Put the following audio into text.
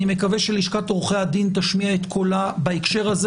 אני מקווה שלשכת עורכי הדין תשמיע את קולה בהקשר הזה